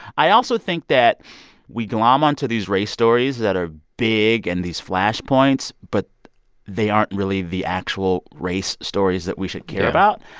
i also think that we glom onto these race stories that are big and these flash points, but they aren't really the actual race stories that we should. yeah. care about.